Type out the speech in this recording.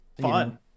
fun